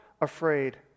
afraid